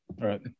Right